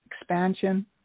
expansion